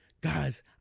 Guys